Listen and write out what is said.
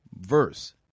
verse